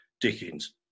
Dickens